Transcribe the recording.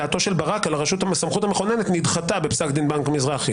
דעתו של ברק על הסמכות המכוננת נדחתה בפסק דין בנק מזרחי.